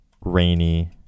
rainy